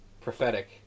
prophetic